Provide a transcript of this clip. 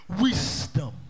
wisdom